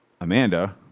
Amanda